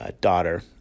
daughter